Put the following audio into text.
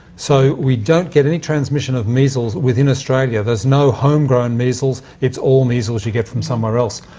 so we don't get any transmission of measles within australia. there's no homegrown measles it's all measles you get from somewhere else.